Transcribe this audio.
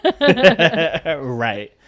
Right